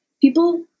people